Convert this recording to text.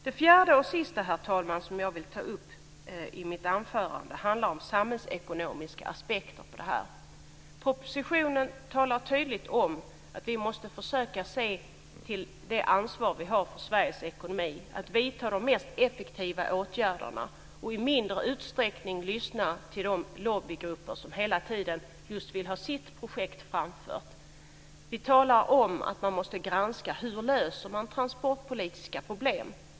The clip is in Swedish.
Det sista, herr talman, som jag vill ta upp i mitt anförande handlar om samhällsekonomiska aspekter på det här. I propositionen talas det tydligt om att vi måste försöka se till det ansvar som vi har för Sveriges ekonomi att vidta de mest effektiva åtgärderna och i mindre utsträckning lyssna till de lobbygrupper som hela tiden vill ha just sina projekt framförda. Vi talar om att man måste granska hur man löser transportpolitiska problem.